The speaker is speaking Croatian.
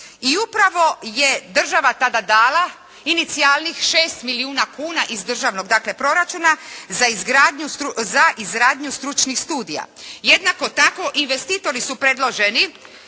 i upravo je država onda dala inicijalnih 6 milijuna kuna iz državnog proračuna za izradnju stručnih studija. Jednako tako investitori su predloženi,